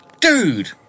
Dude